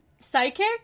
Psychic